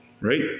right